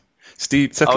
steve